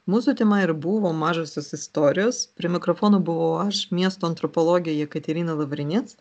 mūsų tema ir buvo mažosios istorijos prie mikrofono buvo aš miesto antropologė jekaterina lavrinec